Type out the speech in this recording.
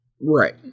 right